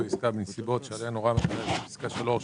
עסקה בנסיבות שעליהן הורה הממונה לפי פסקה (3)